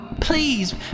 Please